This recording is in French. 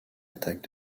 attaques